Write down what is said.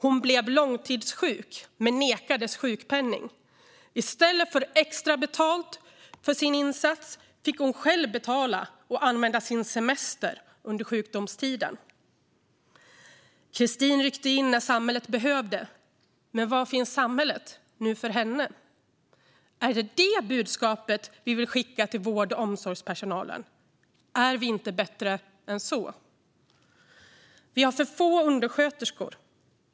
Hon blev långtidssjuk men nekades sjukpenning. I stället för extra betalt för sin insats fick hon själv betala och använda sin semester under sjukdomstiden. Christine ryckte in när samhället behövde det. Men var finns samhället nu för henne? Är det budskapet vi vill skicka till vård och omsorgspersonalen? Är vi inte bättre än så? Vi har för få undersköterskor.